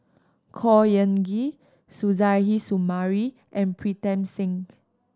Khor Ean Ghee Suzairhe Sumari and Pritam Singh